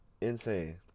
insane